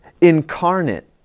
incarnate